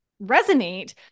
resonate